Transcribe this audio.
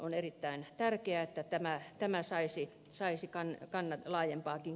on erittäin tärkeää että tämä saisi laajempaakin kannatusta